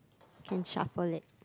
can shuffle it